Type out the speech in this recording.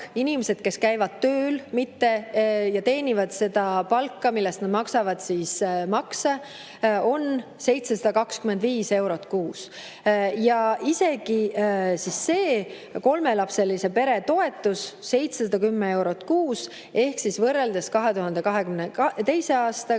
inimestel, kes käivad tööl ja teenivad seda palka, millest nad maksavad makse, on 725 eurot kuus. Isegi see kolmelapselise pere toetus, 710 eurot kuus – võrreldes 2022. aastaga